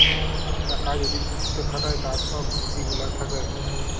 টাকা যদি কিসুতে খাটায় তার সব ঝুকি গুলা থাক্যে